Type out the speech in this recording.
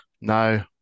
No